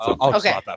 okay